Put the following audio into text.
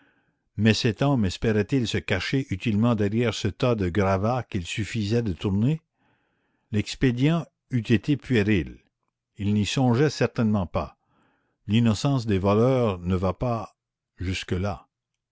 mais cet homme espérait il se cacher utilement derrière ce tas de gravats qu'il suffisait de tourner l'expédient eût été puéril il n'y songeait certainement pas l'innocence des voleurs ne va point jusque-là